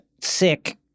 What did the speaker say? sick